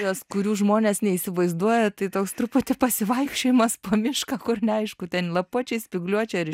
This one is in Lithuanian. jos kurių žmonės neįsivaizduoja tai toks truputį pasivaikščiojimas po mišką kur neaišku ten lapuočiai spygliuočiai ar